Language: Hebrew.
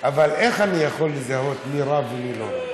אבל איך אני יכול לזהות מי רב ומי לא?